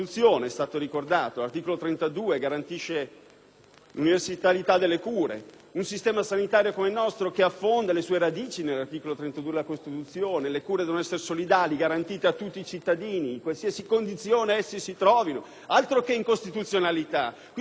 Un sistema sanitario come il nostro affonda le sue radici nell'articolo 32 della Costituzione: le cure devono essere solidali, garantite a tutti i cittadini, in qualsiasi condizione essi si trovino. Altro che incostituzionalità, qui siamo veramente contro i princìpi di umanità, oltre che di costituzionalità!